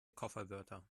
kofferwörter